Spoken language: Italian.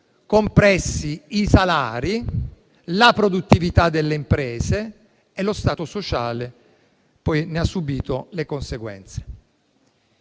compressi i salari e la produttività delle imprese e lo Stato sociale ne ha subìto le conseguenze.